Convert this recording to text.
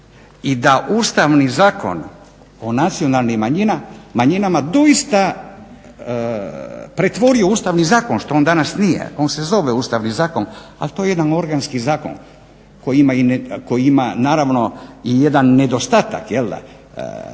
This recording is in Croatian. i da Ustavni zakon o nacionalnim manjinama doista pretvori u Ustavni zakon što on danas nije. On se zove Ustavni zakon, ali to je jedan organski zakon koji ima naravno i jedan nedostatak pod